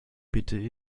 bitte